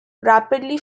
rapidly